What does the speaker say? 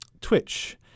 Twitch